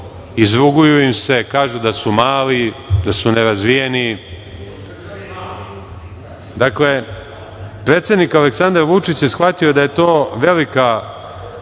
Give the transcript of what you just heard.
izruguju im se, kažu da su mali, da su nerazvijeni. Dakle, predsednik Aleksandar Vučić je shvatio da je to velika